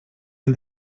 han